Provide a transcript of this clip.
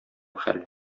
хәл